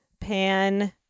Pan